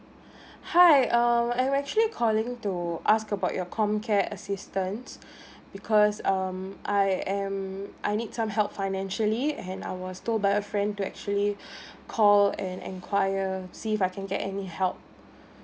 hi um I'm actually calling to ask about your COMCARE assistance because um I am I need some help financially and I was told by a friend to actually call and enquire see if I can get any help